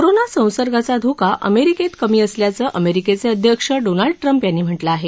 corona संसर्गाचा धोका अमेरिकेत कमी असल्याचं अमेरिकेचे अध्यक्ष डोनाल्ड ट्रप यांनी म्हटलं आहे